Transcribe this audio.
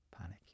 Panic